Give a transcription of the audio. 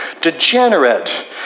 degenerate